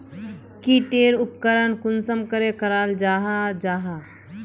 की टेर उपकरण कुंसम करे कराल जाहा जाहा?